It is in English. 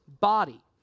body